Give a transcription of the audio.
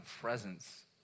presence